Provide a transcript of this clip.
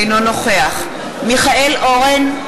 אינו נוכח מיכאל אורן,